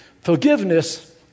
Forgiveness